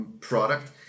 product